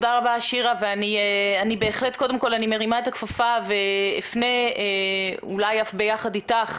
אני מרימה את הכפפה ואפנה, אולי יחד אתך,